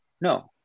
No